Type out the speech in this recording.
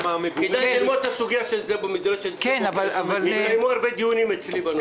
התקיימו הרבה דיונים אצלי בנושא.